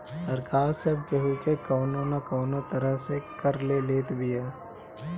सरकार सब केहू के कवनो ना कवनो तरह से कर ले लेत बिया